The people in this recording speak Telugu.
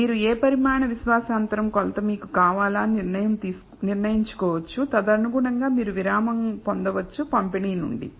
మీరు ఏ పరిమాణ విశ్వాస అంతరం కొలత మీకు కావాలా అని నిర్ణయించుకోవచ్చు తదనుగుణంగా మీరు విరామం పొందవచ్చు పంపిణీ నుండి